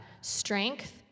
strength